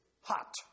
hot